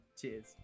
Cheers